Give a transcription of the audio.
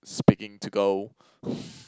speaking to go